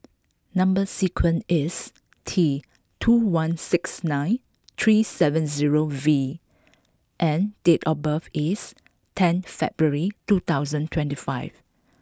number sequence is T two one six nine three seven zero V and date of birth is ten February two thousand and twenty five